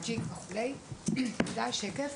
הנתונים